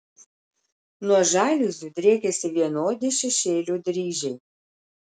nuo žaliuzių driekiasi vienodi šešėlių dryžiai